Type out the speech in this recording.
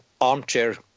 armchair